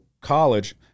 college